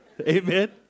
Amen